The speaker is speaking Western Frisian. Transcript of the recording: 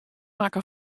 makke